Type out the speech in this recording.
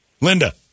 Linda